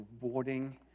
rewarding